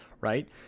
right